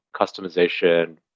customization